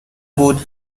بود